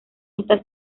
esta